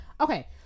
Okay